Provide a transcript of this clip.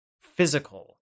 physical